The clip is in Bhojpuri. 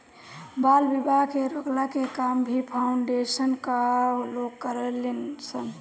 बाल विवाह के रोकला के काम भी फाउंडेशन कअ लोग करेलन सन